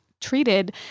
treated